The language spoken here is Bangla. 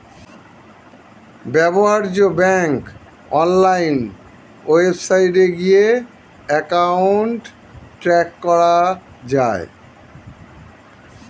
ব্যবহার্য ব্যাংক অনলাইন ওয়েবসাইটে গিয়ে অ্যাকাউন্ট ট্র্যাক করা যায়